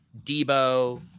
debo